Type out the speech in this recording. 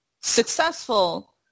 successful